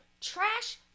trash